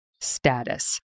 status